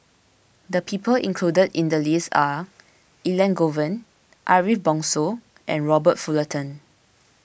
the people included in the list are Elangovan Ariff Bongso and Robert Fullerton